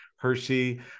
Hershey